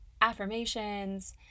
affirmations